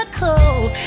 cold